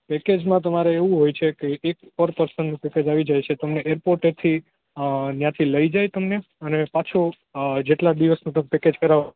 package માં તમારે એવું હોય છે કે એક પર પર્સન પેકેજ આવી જાય છે તમને એર પોર્ટેથી ત્યાંથી લઈ જાય તમને અને પાછું જેટલા દિવસ નું તમે પેકેજ કરાવો